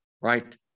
Right